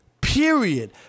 period